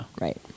Right